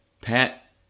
Pat